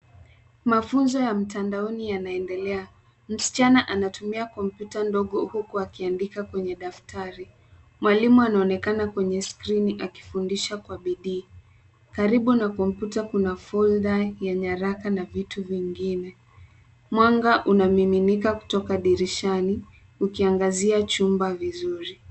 Mafunzo ya mtandaoni yanaendelea. Msichana anatumia kompyuta ndogo huku akiandika kwenye daftari. Mwalimu anaonekana kwenye skrini akifundisha kwa bidii. Karibu na kompyuta kuna folda ya nyaraka na vitu vingine. Mwanga unamiminika kutoka dirishani ukiangazia chumba vizuri.